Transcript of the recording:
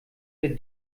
der